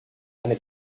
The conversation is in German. eine